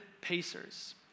pacers